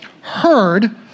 heard